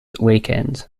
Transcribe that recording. weekend